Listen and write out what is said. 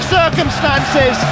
circumstances